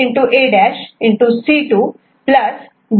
C2 B